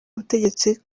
butegetsi